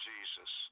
Jesus